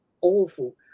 awful